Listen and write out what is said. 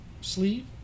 sleeve